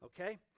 okay